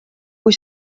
kui